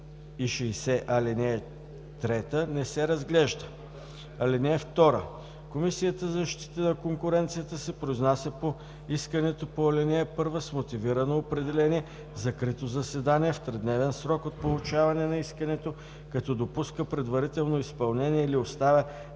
160, ал. 3, не се разглежда. (2) Комисията за защита на конкуренцията се произнася по искането по ал. 1 с мотивирано определение в закрито заседание в тридневен срок от получаване на искането, като допуска предварително изпълнение или оставя